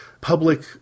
public